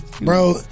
Bro